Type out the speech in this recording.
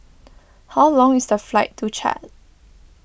how long is the flight to Chad